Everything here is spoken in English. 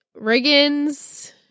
Riggins